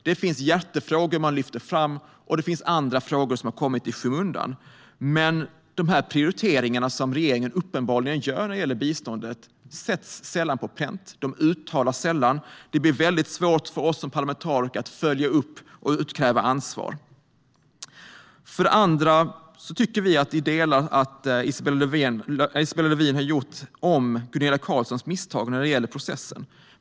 Det finns hjärtefrågor man lyfter fram, och det finns andra frågor som har kommit i skymundan. Men de prioriteringar som regeringen uppenbarligen gör när det gäller biståndet sätts sällan på pränt. De uttalas sällan. Det blir väldigt svårt för oss som parlamentariker att följa upp detta och utkräva ansvar. För det andra tycker vi att Isabella Lövin delvis har gjort om Gunilla Carlssons misstag när det gäller processen.